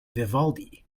vivaldi